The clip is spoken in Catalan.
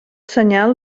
senyal